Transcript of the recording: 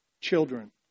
children